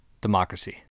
democracy